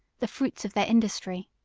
the fruits of their industry.